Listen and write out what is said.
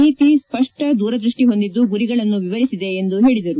ನೀತಿ ಸ್ಪಷ್ಟ ದೂರದೃಷ್ಟಿ ಹೊಂದಿದ್ದು ಗುರಿಗಳನ್ನು ವಿವರಿಸಿದೆ ಎಂದು ಹೇಳಿದರು